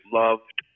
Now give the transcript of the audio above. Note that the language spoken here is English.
loved